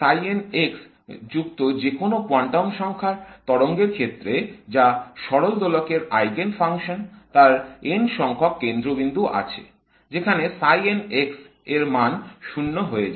এবং যুক্ত যেকোনো কোয়ান্টাম সংখ্যার তরঙ্গের ক্ষেত্রে যা সরল দোলকের আইগেন ফাংশন তার n সংখ্যক কেন্দ্রবিন্দু আছে যেখানে এর মান 0 হয়ে যায়